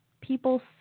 People